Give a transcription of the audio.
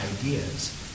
ideas